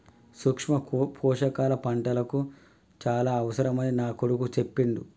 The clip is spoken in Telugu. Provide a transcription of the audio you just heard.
సూక్ష్మ పోషకాల పంటలకు చాల అవసరమని నా కొడుకు చెప్పిండు